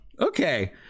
Okay